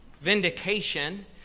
vindication